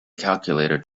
calculator